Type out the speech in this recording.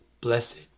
Blessed